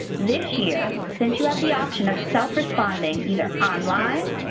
this year, since you have the option of self-responding either online,